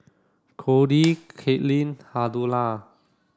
Cordie Katelin Huldah